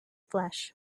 flesh